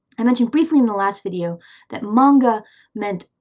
i mentioned briefly in the last video that manga meant